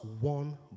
one